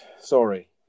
Sorry